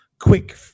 quick